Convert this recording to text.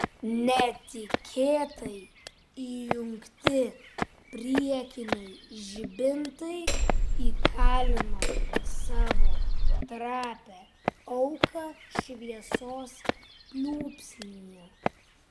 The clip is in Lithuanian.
netikėtai įjungti priekiniai žibintai įkalino savo trapią auką šviesos pliūpsnyje